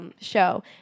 Show